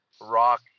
rock